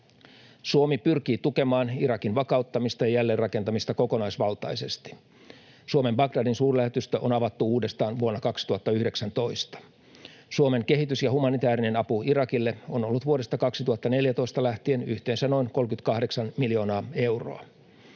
Suomi pyrkii tukemaan Irakin vakauttamista ja jälleenrakentamista kokonaisvaltaisesti. Suomen Bagdadin-suurlähetystö on avattu uudestaan vuonna 2019. Suomen kehitys- ja humanitaarinen apu Irakille on ollut vuodesta 2014 lähtien yhteensä noin 38 miljoonaa euroa.